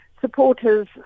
supporters